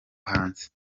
hanze